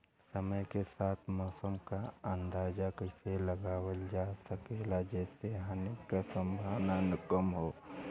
समय के साथ मौसम क अंदाजा कइसे लगावल जा सकेला जेसे हानि के सम्भावना कम हो?